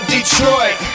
Detroit